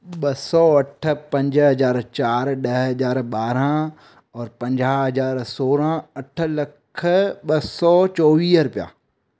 ॿ सौ अठ पंज हज़ार चारि ॾह हज़ार ॿारहं और पंजाहु हज़ार सोरहं अठ लख ॿ सौ चोवीह रुपिया